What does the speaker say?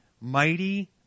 mighty